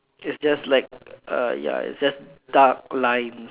is just like uh ya it's just dark lines